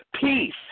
peace